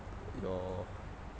your